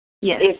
Yes